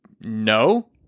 No